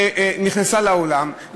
שנכנסה לאולם,